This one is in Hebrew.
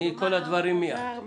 טובים,